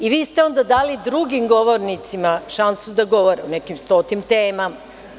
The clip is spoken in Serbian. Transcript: Vi ste onda dali drugim govornicima šansu da govore o nekim stotim temama.